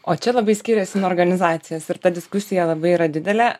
o čia labai skiriasi nuo organizacijos ir ta diskusija labai yra didelė